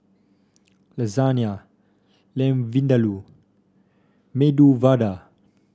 Lasagne Lamb Vindaloo Medu Vada